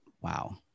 Wow